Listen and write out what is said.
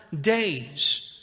days